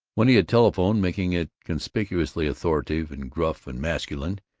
when he had telephoned, making it conspicuously authoritative and gruff and masculine,